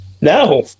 No